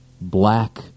black